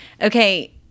Okay